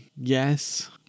yes